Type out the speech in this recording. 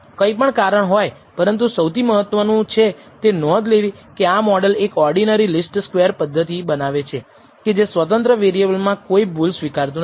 કંઈ પણ કારણ હોય પરંતુ સૌથી મહત્વનું છે તે નોંધ લેવી કે આ મોડલ એક ઓર્ડીનરી લીસ્ટ સ્ક્વેર પદ્ધતિ બનાવે છે કે જે સ્વતંત્ર વેરિએબલ માં કોઈ ભૂલ સ્વીકારતું નથી